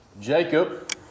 Jacob